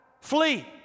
Flee